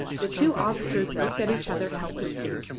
the two officers looked at each other helplessly.